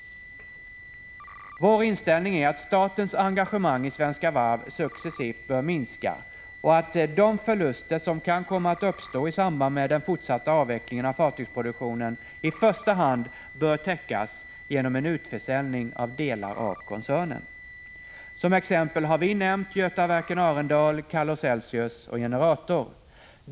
Vår inställning är att statens engagemang i Svenska Varv successivt bör minska och att de förluster som kan komma att uppstå i samband med den fortsatta avvecklingen av fartygsproduktionen i första hand bör täckas genom en utförsäljning av delar av koncernen. Som exempel har vi nämnt Götaverken Arendal, Calor-Celcius och Generator.